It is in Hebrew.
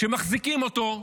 שמחזיקים אותו,